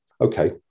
Okay